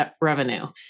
revenue